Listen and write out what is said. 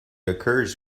occurs